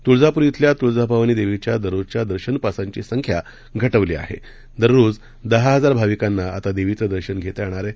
तूळजापूर खिल्या तूळजाभवानी देवीच्या दररोजच्या दर्शन पासची संख्या घटवली आहे दररोज दहा हजार भाविकाना आता देवीचं दर्शन घेता येणार आहे